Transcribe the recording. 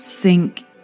Sink